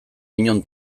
inon